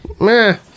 Meh